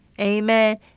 Amen